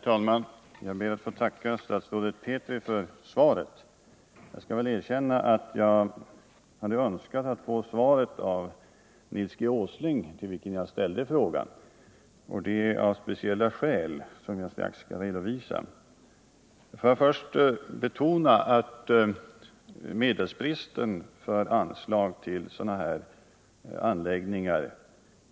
Herr talman! Jag ber att få tacka statsrådet Petri för svaret. Jag skall erkänna att jag hade önskat att få svaret av Nils Åsling, till vilken jag ställde frågan, och det av speciella skäl, som jag strax skall redovisa. Låt mig först betona att bristen på medel för anslag till anläggningar